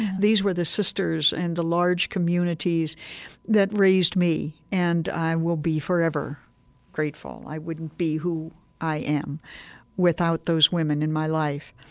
these were the sisters in and the large communities that raised me, and i will be forever grateful. i wouldn't be who i am without those women in my life.